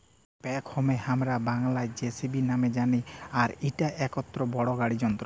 ব্যাকহোকে হামরা বাংলায় যেসিবি নামে জানি আর ইটা একটো বড় গাড়ি যন্ত্র